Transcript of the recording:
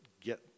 get